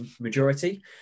majority